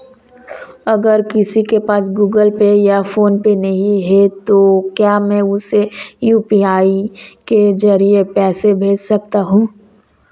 अगर किसी के पास गूगल पे या फोनपे नहीं है तो क्या मैं उसे यू.पी.आई के ज़रिए पैसे भेज सकता हूं?